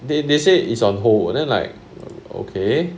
they they say is on hold and then like okay